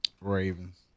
Ravens